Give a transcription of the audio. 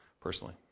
personally